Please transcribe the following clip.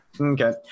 Okay